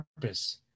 purpose